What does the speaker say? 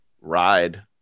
ride